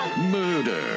murder